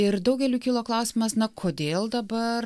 ir daugeliui kilo klausimas na kodėl dabar